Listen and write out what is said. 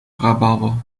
rhabarber